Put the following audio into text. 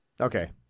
Okay